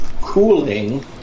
cooling